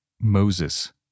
Moses